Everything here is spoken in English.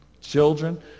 Children